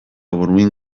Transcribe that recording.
burmuin